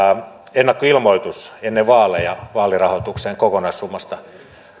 ennakkoilmoitus ennen vaaleja vaalirahoituksen kokonaissummasta